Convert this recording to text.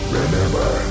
remember